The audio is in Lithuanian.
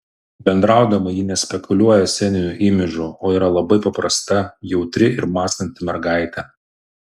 bendraudama ji nespekuliuoja sceniniu imidžu o yra labai paprasta jautri ir mąstanti mergaitė